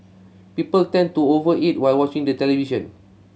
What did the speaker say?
people tend to over eat while watching the television